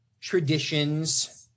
traditions